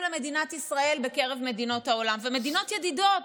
למדינת ישראל בקרב מדינות העולם ומדינות ידידות,